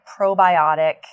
probiotic